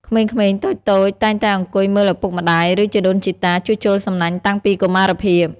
ក្មេងៗតូចៗតែងតែអង្គុយមើលឪពុកម្តាយ ឬជីដូនជីតាជួសជុលសំណាញ់តាំងពីកុមារភាព។